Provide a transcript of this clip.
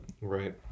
right